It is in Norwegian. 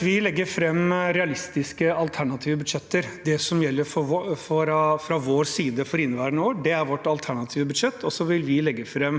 Vi legger fram rea- listiske alternative budsjetter. Det som gjelder fra vår side for inneværende år, er vårt alternative budsjett, og så vil vi legge fram